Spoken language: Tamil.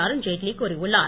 அருண்ஜேட்லி கூறியுள்ளார்